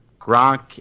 Gronk